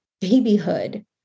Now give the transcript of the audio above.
babyhood